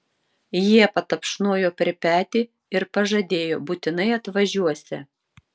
jie patapšnojo per petį ir pažadėjo būtinai atvažiuosią